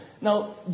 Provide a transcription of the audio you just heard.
Now